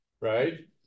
right